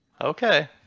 Okay